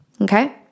Okay